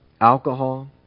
alcohol